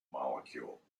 molecule